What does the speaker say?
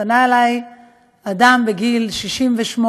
פנה אליי אדם בגיל 68,